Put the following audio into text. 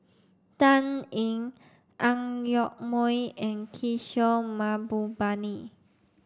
Dan Ying Ang Yoke Mooi and Kishore Mahbubani